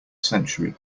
century